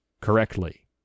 correctly